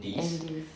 andes